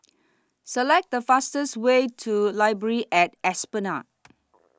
Select The fastest Way to Library At Esplanade